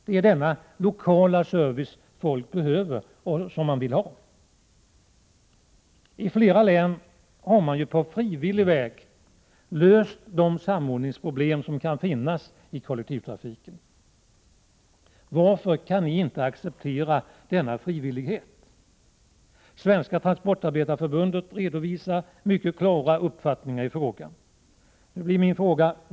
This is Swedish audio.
Det är denna lokala service folk behöver och vill ha. I flera län har man på frivillig väg löst de samordningsproblem som kan finnas i kollektivtrafiken. Varför kan ni inte acceptera denna frivillighet? Svenska transportarbetareförbundet redovisar mycket klara uppfattningar iden här frågan.